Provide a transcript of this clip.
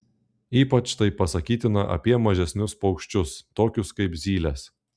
ypač tai pasakytina apie mažesnius paukščius tokius kaip zylės